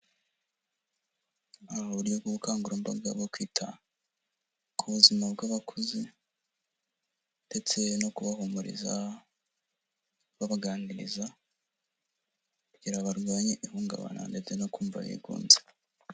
Aho hari ubukangurambaga bwo kwita ku buzima bw'abakuze ndetse no kubahumuriza babaganiriza kugira barwanye ihungabana ndetse no kumva bigunze.